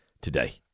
today